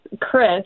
Chris